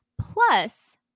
plus